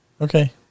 okay